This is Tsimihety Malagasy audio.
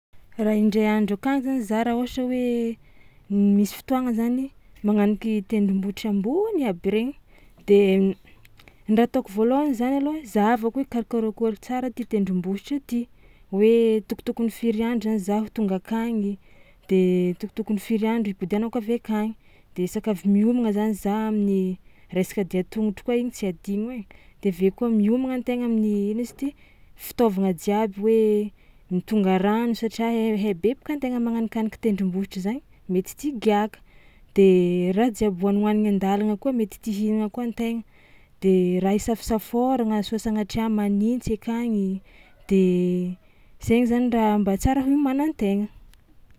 Raha indray andro akagny zany za raha ohatra hoe m- misy fotoagna zany magnaniky tendrombohitry ambony aby regny de ny raha ataoko voalohany zany aloha ai zahavako hoe karakarakôry tsara ty tendrombohitry ty hoe tokotokony firy andro zany zaho tonga akagny de tokotokony firy andro ipodiagnako avy akagny de isaka avy miomagna zany za amin'ny resaka dian-tongotro koa igny tsy adigno ai de avy eo koa miomagna an-tegna amin'ny ino izy ty fitaovagna jiaby hoe mitonga rano satria haihaibekoka an-tegna magnanikaniky tendrombohitry zagny mety tsy higiàka de raha jiaby hohanihohanigny an-dàlagna koa mety tia hihinagna koa an-tegna de raha isafosafôragna sao sagnatria manintsy akagny de zay zany raha mba tsara homanan-tegna.